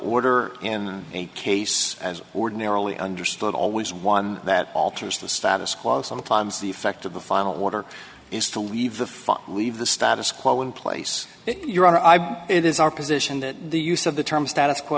order in a case as ordinarily understood always one that alters the status quo sometimes the effect of the final order is to leave the leave the status quo in place your honor i it is our position that the use of the term status quo